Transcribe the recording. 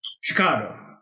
Chicago